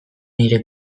nire